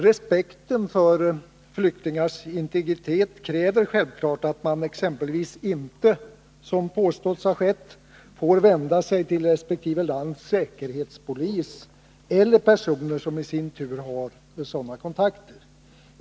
Respekten för flyktingars integritet kräver självfallet att man exempelvis inte —som påstås ha skett — får vända sig till resp. lands säkerhetspolis eller till personer som i sin tur har sådana kontakter.